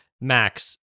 Max